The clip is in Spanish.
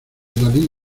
dalí